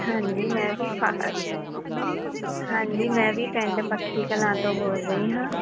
ਹਾਂਜੀ ਮੈਂ ਵੀ ਹਾਂਜੀ ਮੈਂ ਵੀ ਪਿੰਡ ਪੱਖੀ ਕਲਾਂ ਤੋਂ ਬੋਲ ਰਹੀ ਹਾਂ